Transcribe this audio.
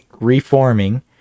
reforming